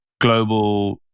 global